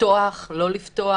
לפתוח לא לפתוח?